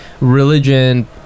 religion